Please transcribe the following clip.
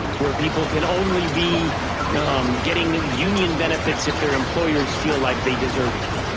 where people can only be getting union benefits if their employers feel like they deserve them.